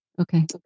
okay